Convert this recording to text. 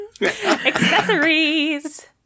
Accessories